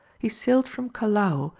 he sailed from callao,